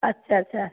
ଆଚ୍ଛା ଆଚ୍ଛା